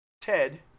Ted